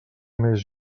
més